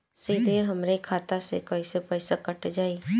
सीधे हमरे खाता से कैसे पईसा कट जाई?